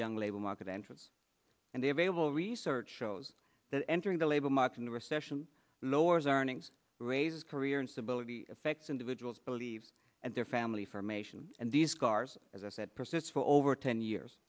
young labor market entrance and the available research shows that entering the labor market in the recession lowers earnings raises career instability affects individuals believe and their family formation and these scars as i said persist for over ten years